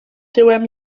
tyłem